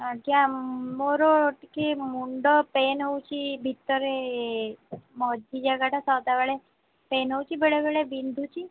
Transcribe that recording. ଆଜ୍ଞା ମୋର ଟିକିଏ ମୁଣ୍ଡ ପେନ୍ ହେଉଛି ଭିତରେ ମଝି ଜାଗାଟା ସଦାବେଳେ ପେନ୍ ହେଉଛି ବେଳେବେଳେ ବିନ୍ଧୁଛି